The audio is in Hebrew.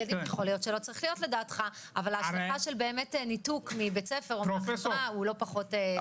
על ילדים השלכה של ניתוק מבית ספר הוא לא פחות.